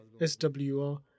SWR